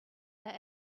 their